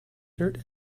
dirt